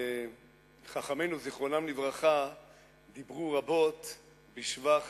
חכמינו זיכרונם לברכה דיברו רבות בשבח